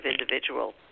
individual